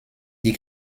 die